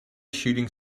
shooting